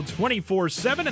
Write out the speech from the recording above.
24-7